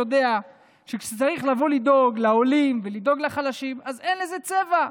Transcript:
יודע שכשצריך לדאוג לעולים ולדאוג לחלשים אז אין לזה צבע.